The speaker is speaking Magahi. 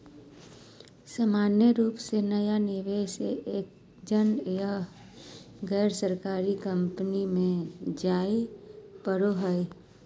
सामान्य रूप से नया निवेशक के एंजल या गैरसरकारी कम्पनी मे जाय पड़ो हय